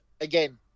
again